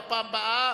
בפעם הבאה,